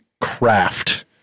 craft